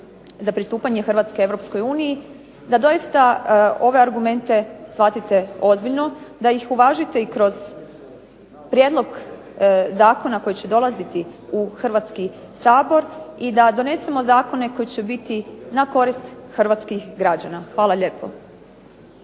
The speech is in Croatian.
za pristupanje Hrvatske Europskoj uniji, da doista ove argumente shvatite ozbiljno, da ih uvažite i kroz Prijedlog zakona koji će dolaziti u Hrvatski sabor i da donesemo zakone koji će biti na korist Hrvatskih građana. Hvala lijepo.